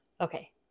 Okay